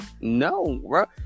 No